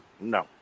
No